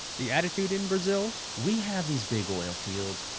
the attitude in brazil, we have these big oil fields.